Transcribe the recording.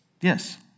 Yes